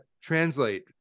translate